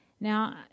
Now